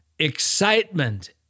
excitement